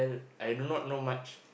I do not know much